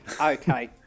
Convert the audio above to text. Okay